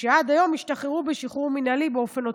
שעד היום השתחררו בשחרור מינהלי באופן אוטומטי.